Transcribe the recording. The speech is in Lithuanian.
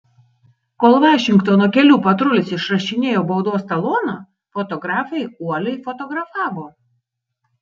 kol vašingtono kelių patrulis išrašinėjo baudos taloną fotografai uoliai fotografavo